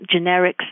generics